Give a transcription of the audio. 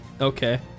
Okay